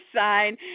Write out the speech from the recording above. sign